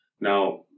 Now